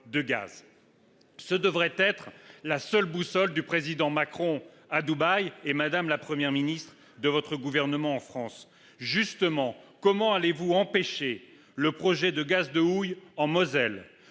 de gaz. Ce devrait être la seule boussole du président Macron à Dubaï et, madame la Première ministre, de votre gouvernement en France. À cet égard, comment allez vous empêcher le projet d’extraction du gaz de houille en Moselle ?